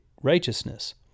righteousness